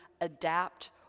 adapt